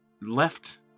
left